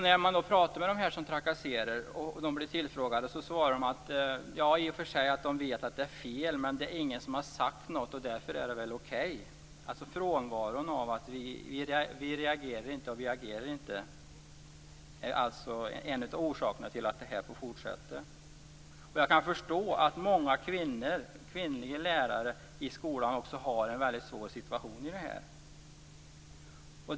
När man pratar med dessa som trakasserar svarar de att de i och för sig vet att det är fel, men det är ingen som har sagt något, och därför är det väl okej. Det handlar alltså om att vi inte reagerar och agerar. Det är en av orsakerna till att detta kan fortsätta. Jag kan förstå att många kvinnliga lärare i skolan har en väldigt svår situation här.